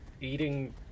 eating